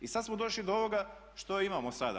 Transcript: I sada smo došli do ovoga što imamo sada.